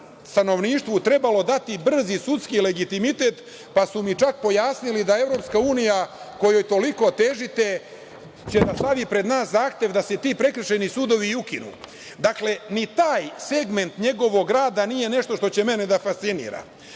trebalo dati brzi sudski legitimitet, pa su mi čak pojasnili da EU kojoj toliko težite će da stavi pred nas zahtev da se ti prekršajni sudovi i ukinu. Dakle, ni taj segment njegovog rada nije nešto što će mene da fascinira. Ali